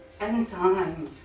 enzymes